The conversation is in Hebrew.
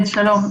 כן, שלום.